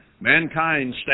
Mankind